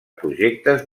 projectes